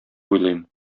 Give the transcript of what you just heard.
уйлыйм